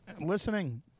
listening